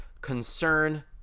Concern